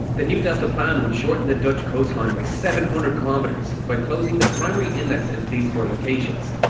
the new delta plan would shorten the dutch coastline by seven hundred kilometres, by closing the primary inlets in these four locations,